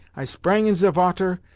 i sprang in ze vater,